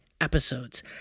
episodes